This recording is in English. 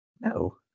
No